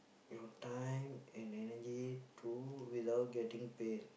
your time and energy to without getting paid